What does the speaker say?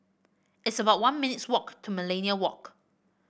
it's about one minute's walk to Millenia Walk